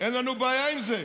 אין לנו בעיה עם זה.